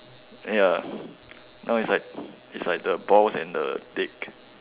ya now is like is like the balls and the dick